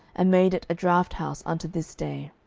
and made it a draught house unto this day.